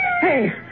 Hey